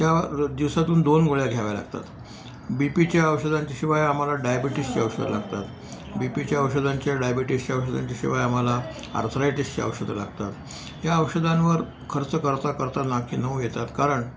त्या र दिवसातून दोन गोळ्या घ्याव्या लागतात बी पीच्या औषधांच्या शिवाय आम्हाला डायबिटीसची औषधं लागतात बी पीच्या औषधांच्या डायबिटीसच्या औषधांच्याशिवाय आम्हाला आर्थ्रायटीसच्या औषधं लागतात या औषधांवर खर्च करता करता नाकीनऊ येतात कारण